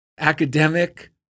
academic